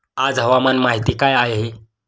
आज हवामान माहिती काय आहे?